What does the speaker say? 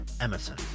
Emerson